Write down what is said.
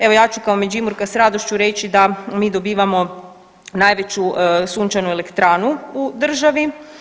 Evo ja ću kao Međimurka s radošću reći da mi dobivamo najveću sunčanu elektranu u državi.